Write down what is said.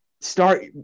start